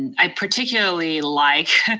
i particularly like,